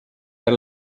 der